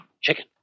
Chicken